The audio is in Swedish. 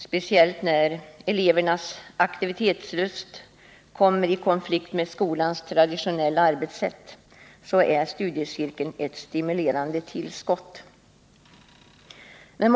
Speciellt när elevernas aktivitetslust kommer i konflikt med skolans traditionella arbetssätt borde studiecirkelverksamheten kunna utgöra ett stimulerande tillskott till skolans övriga verksamhet.